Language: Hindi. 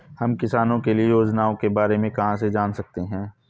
हम किसानों के लिए योजनाओं के बारे में कहाँ से जान सकते हैं?